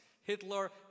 Hitler